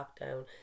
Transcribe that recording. lockdown